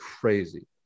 crazy